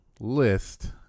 list